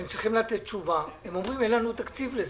הם אומרים שאין להם תקציב לזה.